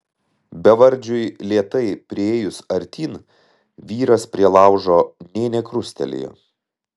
bevardžiui lėtai priėjus artyn vyras prie laužo nė nekrustelėjo